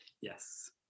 yes